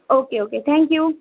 okay okay thank you